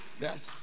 Yes